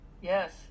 Yes